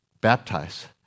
baptize